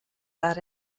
that